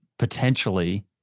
potentially